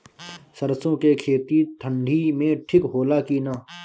सरसो के खेती ठंडी में ठिक होला कि ना?